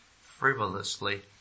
frivolously